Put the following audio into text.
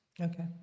Okay